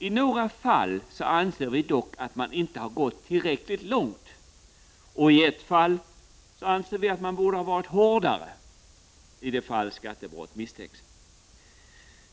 I några fall anser vi dock att man inte har gått tillräckligt långt, och i ett fall anser vi att man borde varit hårdare i de fall där skattebrott misstänks.